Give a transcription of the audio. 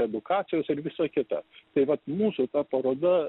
edukacijos ir visa kita tai vat mūsų paroda